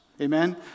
Amen